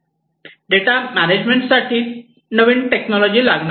data management साठी नवीन technology लागणार आहे